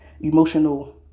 Emotional